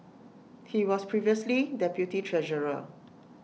he was previously deputy treasurer